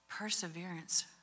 perseverance